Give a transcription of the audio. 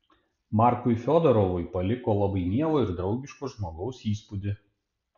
markui fiodorovui paliko labai mielo ir draugiško žmogaus įspūdį